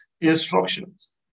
Instructions